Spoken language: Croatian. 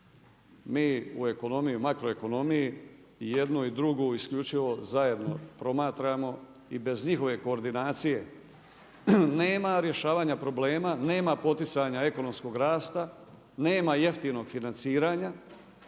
Mi u makroekonomiji jednu i drugu isključivo zajedno promatram i bez njihove koordinacije nema rješavanja problema, nema poticanja ekonomskog rasta, nema jeftinog financiranja